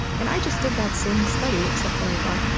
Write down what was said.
and i just did that same study except that i thought,